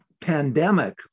pandemic